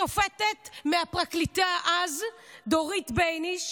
מהשופטת, מהפרקליטה אז דורית בייניש.